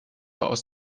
aus